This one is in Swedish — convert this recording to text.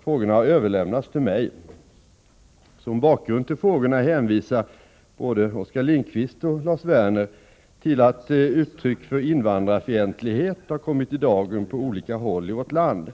Frågorna har överlämnats till mig. Som bakgrund till frågorna hänvisar både Oskar Lindkvist och Lars Werner till att uttryck för invandrarfientlighet har kommit i dagen på olika håll i vårt land.